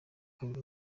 kabiri